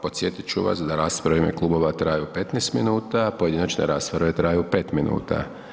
Podsjetit ću vas da rasprave u ime klubova traju 15 minuta, pojedinačne rasprave traju 5 minuta.